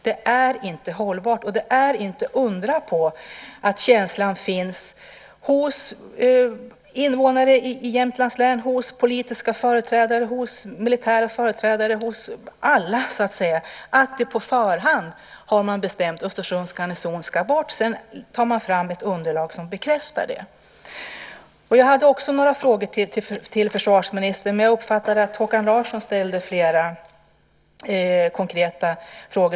Det är inte hållbart, och det är inte att undra på att känslan finns hos invånare i Jämtlands län, hos politiska företrädare, hos militära företrädare och hos alla så att säga att man på förhand har bestämt att Östersunds garnison ska bort. Sedan tar man fram ett underlag som bekräftar det. Jag hade också några frågor till försvarsministern, men jag uppfattade att Håkan Larsson ställde flera konkreta frågor.